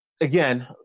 again